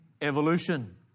evolution